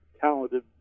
talented